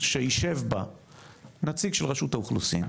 שיישב בה נציג של רשות האוכלוסין,